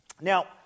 now